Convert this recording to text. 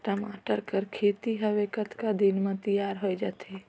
टमाटर कर खेती हवे कतका दिन म तियार हो जाथे?